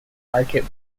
market